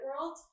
world